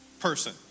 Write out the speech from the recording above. Person